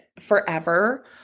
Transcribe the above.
forever